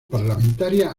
parlamentaria